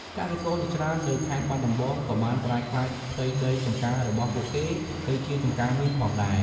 កសិករជាច្រើននៅខេត្តបាត់ដំបងក៏បានប្រែក្លាយផ្ទៃដីចម្ការរបស់ពួកគេទៅជាចម្ការមៀនផងដែរ។